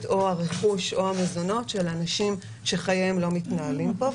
או הרכוש או המזונות של אנשים שחייהם לא מתנהלים פה.